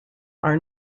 are